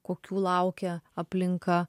kokių laukia aplinka